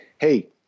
hey